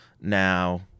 now